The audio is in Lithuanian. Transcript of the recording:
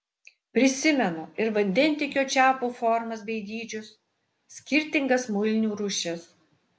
prisimenu ir vandentiekio čiaupų formas bei dydžius skirtingas muilinių rūšis